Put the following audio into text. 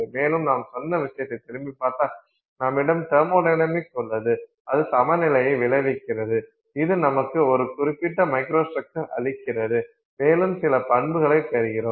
மேலும் நாம் சொன்ன விஷயத்தை திரும்பி பார்த்தால் நம்மிடம் தெர்மொடைனமிக்ஸ் உள்ளது அது சமநிலையை விளைவிக்கிறது இது நமக்கு ஒரு குறிப்பிட்ட மைக்ரோஸ்ட்ரக்சர் அளிக்கிறது மேலும் சில பண்புகளைப் பெறுகிறோம்